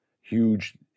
huge